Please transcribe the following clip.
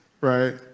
right